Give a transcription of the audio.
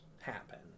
happen